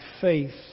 faith